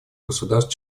государств